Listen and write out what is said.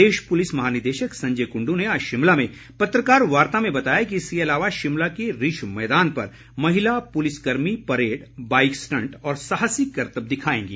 प्रदेश police महानिदेशक संजय कुंडू ने आज शिमला में पत्रकार वार्ता में बताया कि इसके अलावा शिमला के रिज मैदान पर महिला पुलिस कर्मी परेड बाईक स्टंट और साहसिक करतब दिखाएंगी